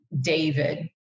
David